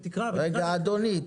ותקרא --- רגע אדוני,